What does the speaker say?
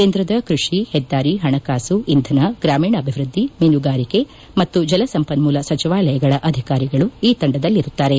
ಕೇಂದ್ರದ ಕೃಷಿ ಪದ್ದಾರಿ ಪಣಕಾಸು ಇಂಧನ ಗ್ರಾಮೀಣಾಭಿವೃದ್ದಿ ಮೀನುಗಾರಿಕೆ ಮತ್ತು ಜಲ ಸಂಪನ್ಮೂಲ ಸಚಿವಾಲಯಗಳ ಅಧಿಕಾರಿಗಳು ಈ ತಂಡದಲ್ಲಿರುತ್ತಾರೆ